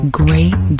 great